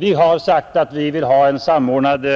Vi har sagt att vi vill ha en samordnad